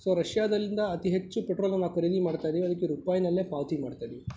so ರಷ್ಯಾದಿಂದ ಅತೀ ಹೆಚ್ಚು ಪೆಟ್ರೋಲ್ನ ನಾವು ಖರೀದಿ ಮಾಡ್ತಾಯಿದ್ದೀವಿ ಅದಕ್ಕೆ ರೂಪಾಯ್ನಲ್ಲೆ ಹಣ ಪಾವತಿ ಮಾಡ್ತಾಯಿದ್ದೀವಿ